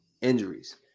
injuries